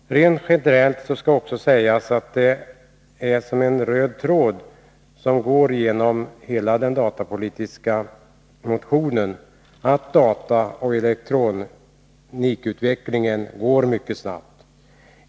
Rent generellt skall också sägas, och det går som en röd tråd genom hela den datapolitiska motionen, att dataoch elektronikutvecklingen går mycket snabbt.